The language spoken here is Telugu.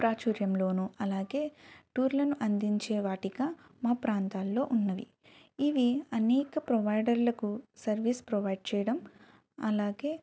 ప్రాచుర్యంలోను అలాగే టూర్లను అందించే వాటిగా మా ప్రాంతాల్లో ఉన్నవి ఇవి అనేక ప్రొవైడర్లకు సర్వీస్ ప్రొవైడ్ చెయ్యడం అలాగే